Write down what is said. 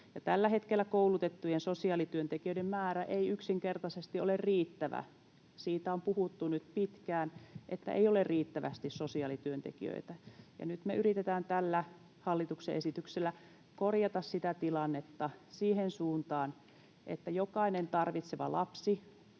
tällä hetkellä koulutettujen sosiaalityöntekijöiden määrä ei yksinkertaisesti ole riittävä. Siitä on puhuttu nyt pitkään, että ei ole riittävästi sosiaalityöntekijöitä. Nyt me yritetään tällä hallituksen esityksellä korjata sitä tilannetta siihen suuntaan, että jokainen tarvitseva lapsi